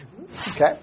Okay